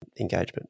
Engagement